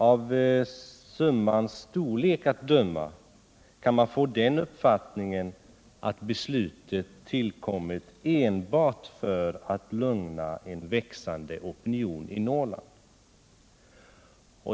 Av summans storlek kan man få uppfattningen att beslutet tillkommit enbart för att lugna en växande opinion i Norrland.